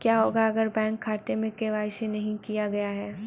क्या होगा अगर बैंक खाते में के.वाई.सी नहीं किया गया है?